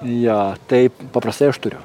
jo taip paprastai aš turiu